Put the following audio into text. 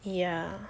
ya